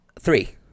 Three